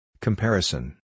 Comparison